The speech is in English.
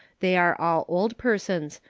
they are all old persons,